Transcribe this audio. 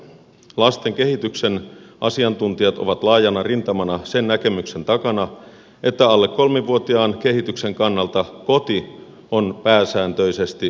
lasten kehityksen asiantuntijat ovat laajana rintamana sen näkemyksen takana että alle kolmevuotiaan kehityksen kannalta koti on pääsääntöisesti paras hoitopaikka